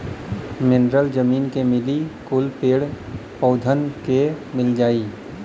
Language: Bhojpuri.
मिनरल जमीन के मिली कुल पेड़ पउधन के मिल जाई